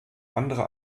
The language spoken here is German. andere